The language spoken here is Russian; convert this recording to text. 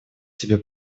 себе